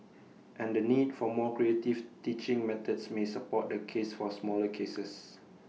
and the need for more creative teaching methods may support the case for smaller classes